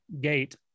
gate